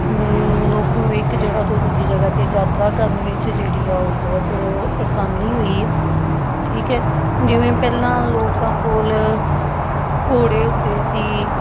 ਮਨੁੱਖ ਨੂੰ ਇੱਕ ਜਗ੍ਹਾ ਤੋਂ ਦੂਜੀ ਜਗ੍ਹਾ 'ਤੇ ਯਾਤਰਾ ਕਰਨ ਵਿੱਚ ਜਿਹੜੀ ਆ ਉਹ ਬਹੁਤ ਆਸਾਨੀ ਹੋਈ ਆ ਠੀਕ ਹੈ ਜਿਵੇਂ ਪਹਿਲਾਂ ਲੋਕਾਂ ਕੋਲ ਘੋੜੇ ਹੁੰਦੇ ਸੀ